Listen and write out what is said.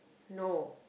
no